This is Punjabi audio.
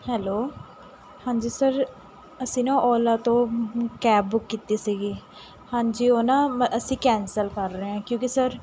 ਹੈਲੋ ਹਾਂਜੀ ਸਰ ਅਸੀਂ ਨਾ ਓਲਾ ਤੋਂ ਕੈਬ ਬੁੱਕ ਕੀਤੀ ਸੀਗੀ ਹਾਂਜੀ ਉਹ ਨਾ ਅਸੀਂ ਕੈਂਸਲ ਕਰ ਰਹੇ ਹਾਂ ਕਿਉਂਕਿ ਸਰ